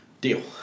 Deal